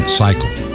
cycle